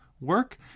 work